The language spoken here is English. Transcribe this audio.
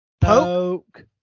Poke